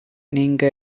நீங்க